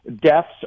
deaths